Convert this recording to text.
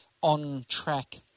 on-track